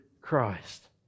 Christ